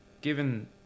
Given